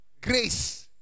grace